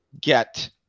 get